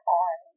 on